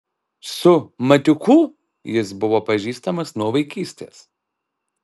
su matiuku jis buvo pažįstamas nuo vaikystės